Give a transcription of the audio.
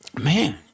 man